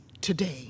today